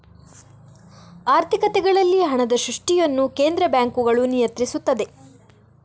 ಆರ್ಥಿಕತೆಗಳಲ್ಲಿ ಹಣದ ಸೃಷ್ಟಿಯನ್ನು ಕೇಂದ್ರ ಬ್ಯಾಂಕುಗಳು ನಿಯಂತ್ರಿಸುತ್ತವೆ